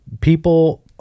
People